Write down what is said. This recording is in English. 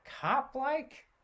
cop-like